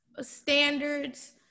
standards